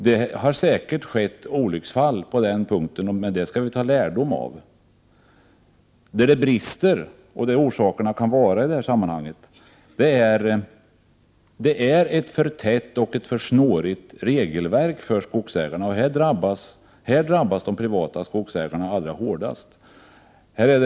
Det har säkert skett olycksfall på den punkten, men dem skall vita lärdom av. Den punkt där det brister — där kan orsakerna till olycksfallen ligga — är att vi har ett för tätt och snårigt regelverk för skogsägarna, och det drabbar de privata skogsägarna allra hårdast.